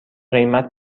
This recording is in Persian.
قیمت